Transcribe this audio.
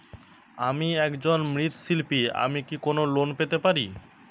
আমি একজন মৃৎ শিল্পী আমি কি কোন লোন পেতে পারি?